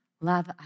love